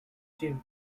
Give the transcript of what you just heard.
jim